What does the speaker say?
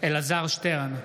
אלעזר שטרן,